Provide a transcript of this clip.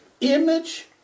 Image